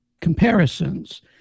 comparisons